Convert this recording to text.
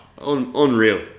Unreal